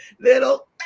little